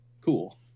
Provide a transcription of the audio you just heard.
Cool